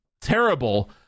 terrible